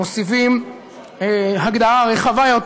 ומוסיפים הגדרה רחבה יותר,